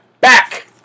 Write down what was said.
Back